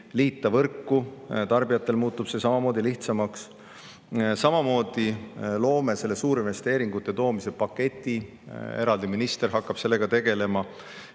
liita. Tarbijatel muutub see samamoodi lihtsamaks. Samamoodi loome suurinvesteeringute siia toomise paketi, eraldi minister hakkab sellega tegelema.